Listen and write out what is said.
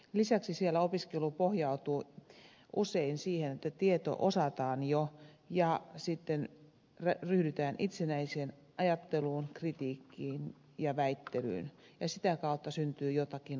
lisäksi siellä opiskelu pohjautuu usein siihen että tieto osataan jo ja sitten ryhdytään itsenäiseen ajatteluun kritiikkiin ja väittelyyn ja sitä kautta syntyy jotakin uutta